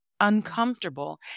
uncomfortable